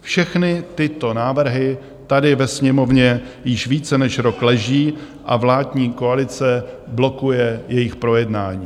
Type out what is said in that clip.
Všechny tyto návrhy tady ve Sněmovně již více než rok leží a vládní koalice blokuje jejich projednání.